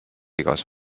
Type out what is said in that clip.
igas